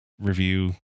review